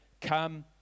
come